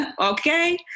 Okay